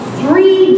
three